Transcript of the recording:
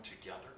together